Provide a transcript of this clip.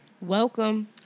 Welcome